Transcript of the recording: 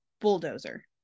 bulldozer